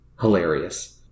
Hilarious